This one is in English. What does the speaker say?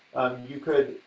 you could,